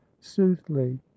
soothly